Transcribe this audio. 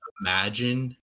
imagine